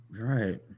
Right